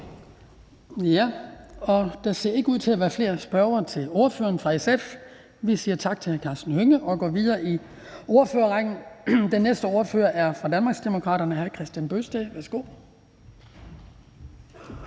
Der ser ikke ud til at være flere, der har spørgsmål til ordføreren for SF. Vi siger tak til hr. Karsten Hønge og går videre i ordførerrækken. Den næste ordfører er fra Danmarksdemokraterne, og det er hr. Kristian Bøgsted. Værsgo.